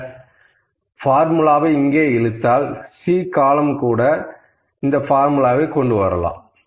இந்த பார்முலாவை இங்கே இழுத்தால் C காலம்ன் கூட இந்த பார்முலாவை கொண்டு வரலாம்